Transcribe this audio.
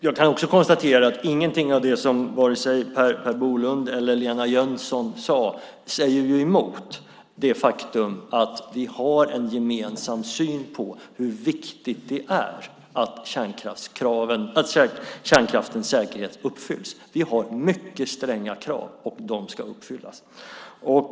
Jag kan konstatera att ingenting av det som Per Bolund och Eva-Lena Jansson tar upp säger emot det faktum att vi har en gemensam syn på hur viktigt det är att kärnkraftens säkerhet uppfylls. Vi har mycket stränga krav, och de ska uppfyllas.